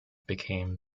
became